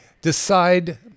decide